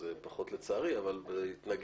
אז זה פחות לצערי אבל זה התנגש,